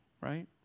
right